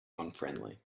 unfriendly